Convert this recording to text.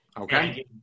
Okay